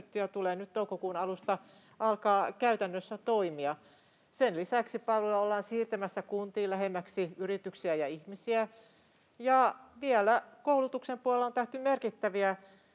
alkaa nyt toukokuun alusta käytännössä toimia. Sen lisäksi palveluja ollaan siirtämässä kuntiin lähemmäksi yrityksiä ja ihmisiä, ja vielä koulutuksen puolella on tehty merkittäviä